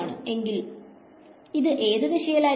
അങ്ങനെ എങ്കിൽ ഇത് ഏത് ദിശയിലായിരിക്കും